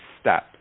step